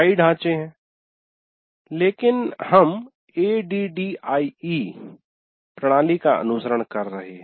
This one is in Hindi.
कई ढांचे हैं लेकिन हम ADDIE का अनुसरण कर रहे हैं